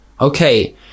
okay